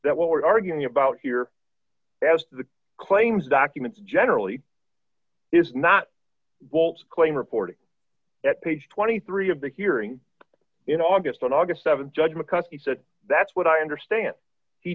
that what we're arguing about here as the claims documents generally is not bold claim reporting at page twenty three of the hearing in august on august th judge mccuskey said that's what i understand he